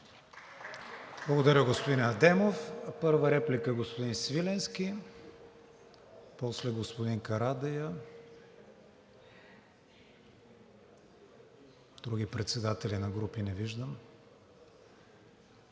Благодаря, господин Адемов. Първа реплика – господин Свиленски, после – господин Карадайъ. Други председатели на групи не виждам.